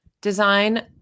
design